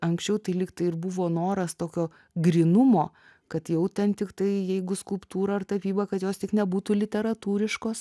anksčiau tai lyg tai ir buvo noras tokio grynumo kad jau ten tiktai jeigu skulptūra ar tapyba kad jos tik nebūtų literatūriškos